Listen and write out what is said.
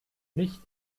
nicht